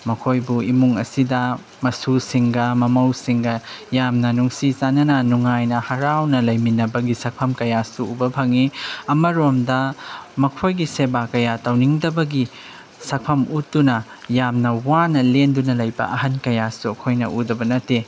ꯃꯈꯣꯏꯕꯨ ꯏꯃꯨꯡ ꯑꯁꯤꯗ ꯃꯁꯨꯁꯤꯡꯒ ꯃꯃꯧꯁꯤꯡꯒ ꯌꯥꯝꯅ ꯅꯨꯡꯁꯤ ꯆꯥꯅꯅ ꯅꯨꯡꯉꯥꯏꯅ ꯍꯔꯥꯎꯅ ꯂꯩꯃꯤꯟꯅꯕꯒꯤ ꯁꯛꯐꯝ ꯀꯌꯥꯁꯨ ꯎꯕ ꯐꯪꯉꯤ ꯑꯃꯔꯣꯝꯗ ꯃꯈꯣꯏꯒꯤ ꯁꯦꯕꯥ ꯀꯌꯥ ꯇꯧꯅꯤꯡꯗꯕꯒꯤ ꯁꯛꯐꯝ ꯎꯠꯇꯨꯅ ꯌꯥꯝꯅ ꯋꯥꯅ ꯂꯦꯟꯗꯨꯅ ꯂꯩꯕ ꯑꯍꯟ ꯀꯌꯥꯁꯨ ꯑꯩꯈꯣꯏꯅ ꯎꯗꯕ ꯅꯠꯇꯦ